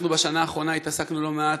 בשנה האחרונה התעסקנו לא מעט,